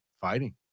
Fighting